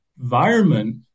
environment